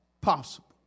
possible